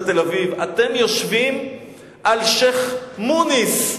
תל-אביב: אתם יושבים על שיח'-מוניס.